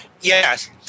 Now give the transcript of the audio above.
Yes